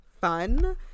fun